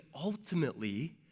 ultimately